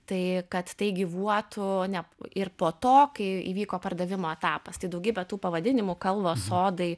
tai kad tai gyvuotų o ne ir po to kai įvyko pardavimo etapas tai daugybę tų pavadinimų kalvos sodai